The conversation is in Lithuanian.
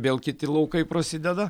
vėl kiti laukai prasideda